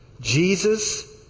Jesus